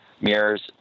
mirrors